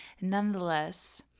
nonetheless